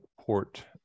port